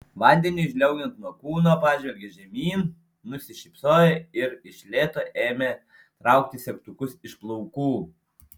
vandeniui žliaugiant nuo kūno pažvelgė žemyn nusišypsojo ir iš lėto ėmė traukti segtukus iš plaukų